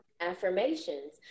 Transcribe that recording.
affirmations